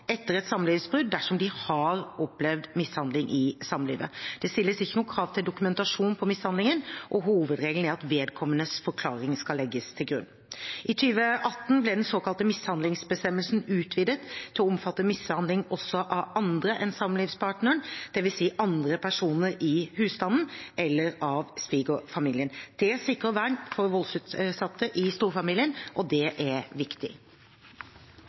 etter et samlivsbrudd dersom de har opplevd mishandling i samlivet. Det stilles ikke noe krav om dokumentasjon på mishandlingen, og hovedregelen er at vedkommendes forklaring skal legges til grunn. I 2018 ble den såkalte mishandlingsbestemmelsen utvidet til å omfatte mishandling også av andre enn samlivspartneren, dvs. andre personer i husstanden eller svigerfamilien. Det sikrer et vern for voldsutsatte i storfamilien, og det er viktig.